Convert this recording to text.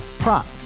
Prop